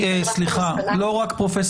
סביב רעיונות,